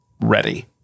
ready